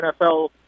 NFL